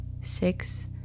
six